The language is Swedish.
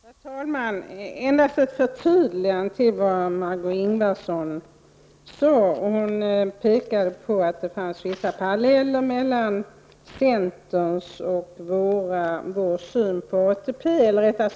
Herr talman! Jag vill endast göra ett förtydligande av vad Margó Ingvardsson sade. Hon pekade på att det finns vissa paralleller mellan centerns och vår syn på en omvandling av ATP.